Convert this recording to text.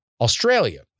Australia